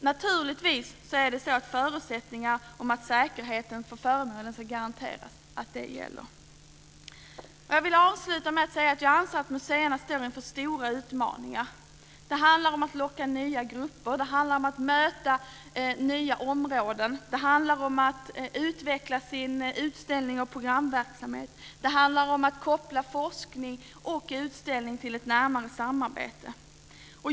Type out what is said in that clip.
Naturligtvis ska förutsättningar finnas att garantera föremålens säkerhet. Jag vill avsluta med att säga att jag anser att museerna står inför stora utmaningar. Det handlar om att locka nya grupper av besökare, om att möta nya områden, om att utveckla utställnings och programverksamhet och om att koppla samman forskning och utställningsverksamhet i ett närmare samarbete.